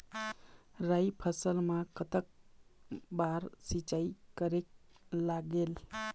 राई फसल मा कतक बार सिचाई करेक लागेल?